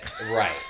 Right